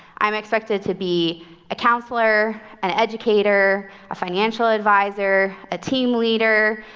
i'm expected to be a counselor, an educator, a financial adviser, a team leader.